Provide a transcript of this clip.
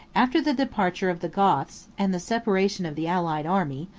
after the departure of the goths, and the separation of the allied army,